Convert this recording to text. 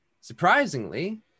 surprisingly